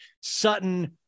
Sutton